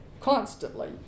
constantly